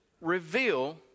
reveal